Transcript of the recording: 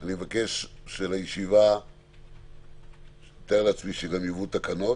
אני מבקש שלישיבה שאני מתאר לעצמי שגם יובאו התקנות,